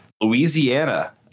Louisiana